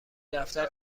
دفتر